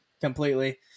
completely